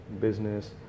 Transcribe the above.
business